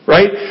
Right